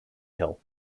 hill